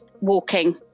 walking